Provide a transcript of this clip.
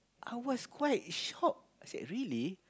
I was quite shocked really